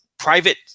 Private